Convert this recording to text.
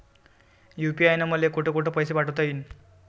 UPI न मले कोठ कोठ पैसे पाठवता येईन?